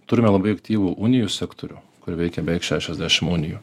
turime labai aktyvų unijų sektorių kur veikia beveik šešiasdešimt unijų